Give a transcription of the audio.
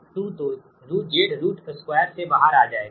तो Z root square से बाहर आ जाएगा